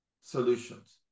solutions